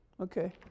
okay